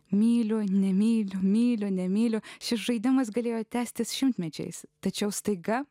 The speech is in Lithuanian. myliu nemyliu myliu nemyliu šis žaidimas galėjo tęstis šimtmečiais tačiau staiga